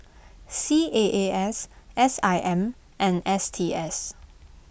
C A A S S I M and S T S